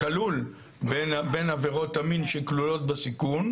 זה כלול בין עבירות המין שכלולות בסיכון.